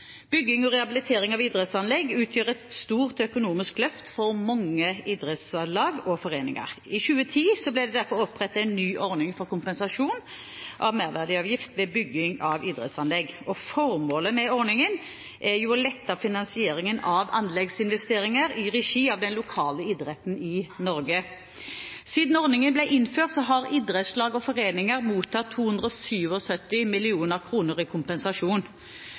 Bygging og rehabilitering av idrettsanlegg utgjør et stort økonomisk løft for mange idrettslag og foreninger. I 2010 ble det derfor opprettet en ny ordning for kompensasjon av merverdiavgift ved bygging av idrettsanlegg. Formålet med ordningen er å lette finansieringen av anleggsinvesteringer i regi av den lokale idretten i Norge. Siden ordningen ble innført, har idrettslag og foreninger mottatt 277 mill. kr i kompensasjon.